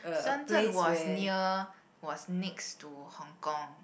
Shen Zhen was near was next to Hong-Kong